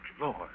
Lord